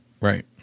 Right